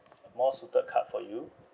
more suited card for you